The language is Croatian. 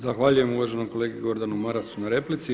Zahvaljujem uvaženom kolegi Gordanu Marasu na replici.